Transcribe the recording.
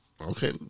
okay